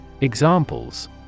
Examples